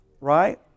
Right